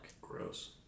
Gross